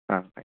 ஆ thanks